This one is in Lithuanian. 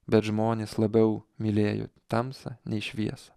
bet žmonės labiau mylėjo tamsą nei šviesą